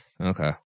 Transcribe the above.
Okay